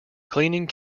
cleaning